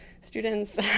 students